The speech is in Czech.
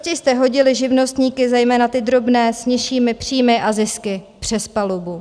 Prostě jste hodili živnostníky, zejména ty drobné s nižšími příjmy a zisky, přes palubu.